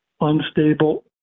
unstable